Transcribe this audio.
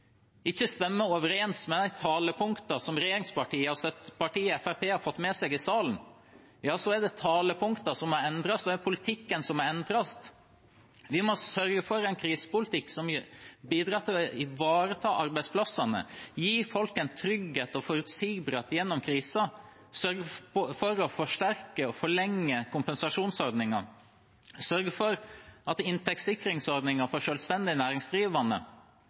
ikke stemmer overens med de talepunktene som regjeringspartiene og støttepartiet Fremskrittspartiet kommer med i salen, er det talepunktene som må endres, og politikken som må endres. Vi må sørge for en krisepolitikk som bidrar til å ivareta arbeidsplassene og gir folk trygghet og forutsigbarhet gjennom krisen. Vi må sørge for å forsterke og forlenge kompensasjonsordningene, sørge for at inntektssikringsordningen for selvstendig næringsdrivende